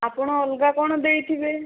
ଆପଣ ଅଲଗା କଣ ଦେଇଥିବେ